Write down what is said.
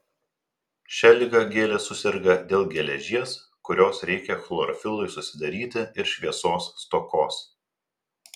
šia liga gėlės suserga dėl geležies kurios reikia chlorofilui susidaryti ir šviesos stokos